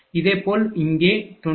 இதேபோல் இங்கே 29